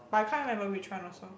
but I can't remember which one also